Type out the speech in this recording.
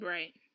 Right